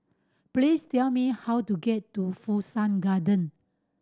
please tell me how to get to Fu Shan Garden